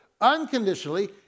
unconditionally